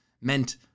meant